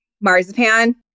Marzipan